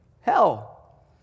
Hell